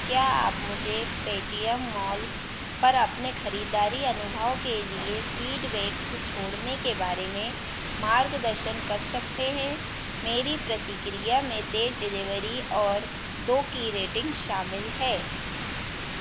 क्या आप मुझे पेटीएम मॉल पर अपने खरीदारी अनुभव के लिए फ़ीडबैक छोड़ने के बारे में मार्गदर्शन कर सकते हैं मेरी प्रतिक्रिया में तेज़ डिलीवरी और दो की रेटिन्ग शामिल है